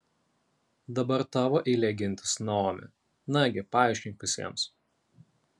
dabar tavo eilė gintis naomi nagi paaiškink visiems